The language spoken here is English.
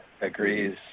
agrees